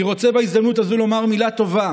אני רוצה בהזדמנות הזאת לומר מילה טובה,